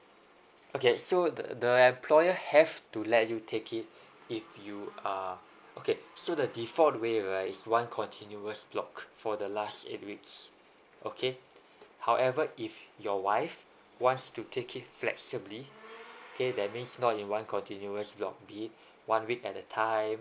okay so the the employer have to let you take it if you uh okay so the the default way right is one continuous block for the last eight weeks okay however if your wife wants to take it flexibly okay that means not in one continuous block one week at that time